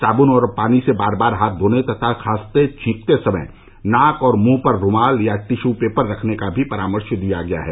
साबुन और पानी से बार वार हाथ धोने तथा खांसते र्छींकते समय नाक और मुंह पर रुमाल या टिशू पेपर रखने का भी परामर्श दिया गया है